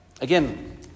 again